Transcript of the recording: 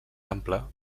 ample